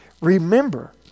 Remember